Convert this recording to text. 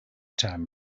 time